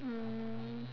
um